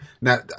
Now